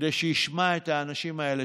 כדי שישמעו את האנשים האלה,